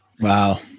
wow